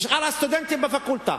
שאר הסטודנטים בפקולטה.